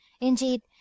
indeed